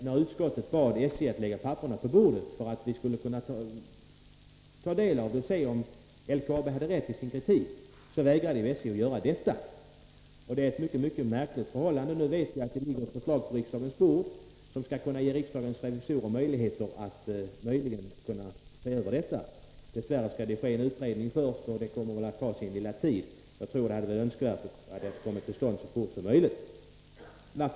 När utskottet då bad SJ att lägga papperen på bordet för att vi skulle kunna ta del av dem och se om LKAB hade rätt i sin kritik, så vägrade SJ att göra detta. Det var ett mycket märkligt förhållande. Nu vet vi att det ligger ett förslag på riksdagens bord om att ge riksdagens revisorer möjlighet att se över detta. Dess värre skall det bli en utredning först, som väl kommer att ta sin lilla tid. Jag tycker det hade varit önskvärt att det beslutet kommit till stånd så fort som möjligt.